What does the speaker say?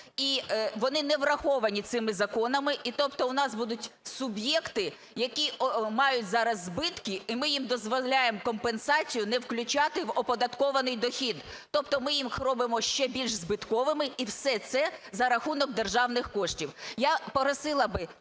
і вони не враховані цими законами. Тобто у нас будуть суб'єкти, які мають зараз збитки, і ми їм дозволяємо компенсацію не включати в оподаткований дохід, тобто ми їх робимо ще більш збитковими і все це за рахунок державних коштів. Я просила би